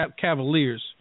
Cavaliers